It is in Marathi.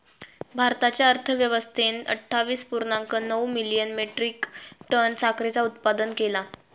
भारताच्या अर्थव्यवस्थेन अट्ठावीस पुर्णांक नऊ मिलियन मेट्रीक टन साखरेचा उत्पादन केला